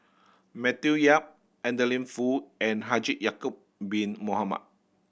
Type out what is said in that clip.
Matthew Yap Adeline Foo and Haji Ya'acob Bin Mohamed